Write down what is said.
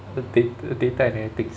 the dat~ data analytics